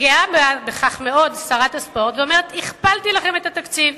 שרת הספורט גאה בכך מאוד ואומרת: הכפלתי לכן את התקציב,